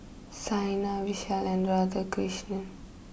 Saina Vishal and Radhakrishnan